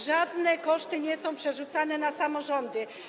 Żadne koszty nie są przerzucane na samorządy.